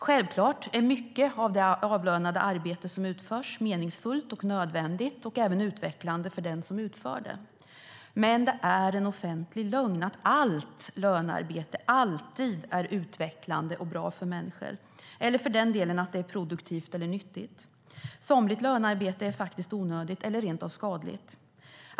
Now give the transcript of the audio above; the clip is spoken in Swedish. Självklart är mycket av det avlönade arbete som utförs meningsfullt, nödvändigt och även utvecklande för den som utför det. Men det är en offentlig lögn att allt lönearbete alltid är utvecklande och bra för människor, eller för den delen att det är produktivt eller nyttigt. Somligt lönearbete är faktiskt onödigt eller rent av skadligt.